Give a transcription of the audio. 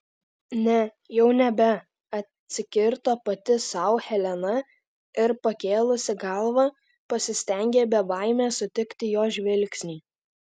ne jau nebe atsikirto pati sau helena ir pakėlusi galvą pasistengė be baimės sutikti jo žvilgsnį